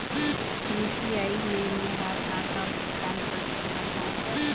UPI ले मे हर का का भुगतान कर सकत हो?